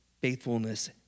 faithfulness